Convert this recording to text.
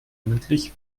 mündlich